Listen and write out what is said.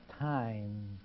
time